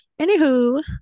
Anywho